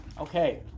Okay